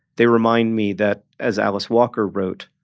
they remind me that, as alice walker wrote,